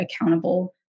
accountable